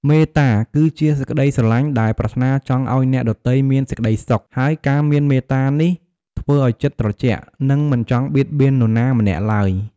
មេត្តា គឺជាសេចក្តីស្រឡាញ់ដែលប្រាថ្នាចង់ឲ្យអ្នកដទៃមានសេចក្តីសុខ ហើយការមានមេត្តានេះធ្វើឲ្យចិត្តត្រជាក់ និងមិនចង់បៀតបៀននរណាម្នាក់ឡើយ។